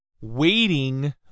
waiting